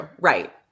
Right